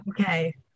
Okay